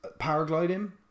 paragliding